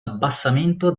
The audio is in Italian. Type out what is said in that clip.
abbassamento